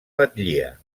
batllia